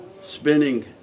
spinning